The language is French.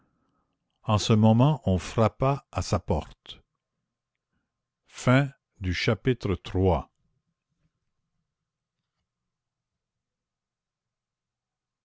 en ce moment on frappa à sa porte chapitre